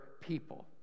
people